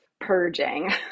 purging